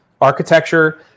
architecture